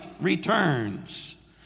returns